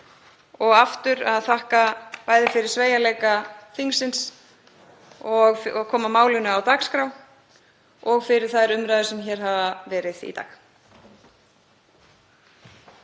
og aftur að þakka bæði fyrir sveigjanleika þingsins og að koma málinu á dagskrá og fyrir þær umræður sem hér hafa verið í dag.